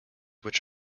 which